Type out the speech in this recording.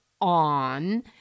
on